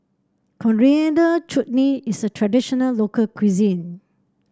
Coriander Chutney is a traditional local cuisine